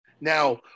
Now